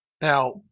Now